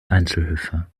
einzelhöfe